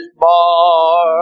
bar